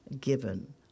given